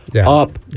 up